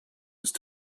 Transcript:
ist